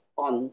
on